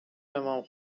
امام